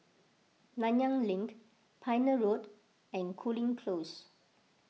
Nanyang Link Pioneer Road and Cooling Close